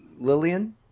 Lillian